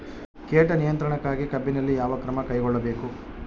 ಕೇಟ ನಿಯಂತ್ರಣಕ್ಕಾಗಿ ಕಬ್ಬಿನಲ್ಲಿ ಯಾವ ಕ್ರಮ ಕೈಗೊಳ್ಳಬೇಕು?